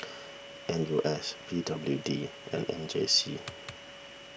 N U S P W D and M J C